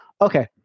Okay